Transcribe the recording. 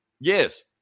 yes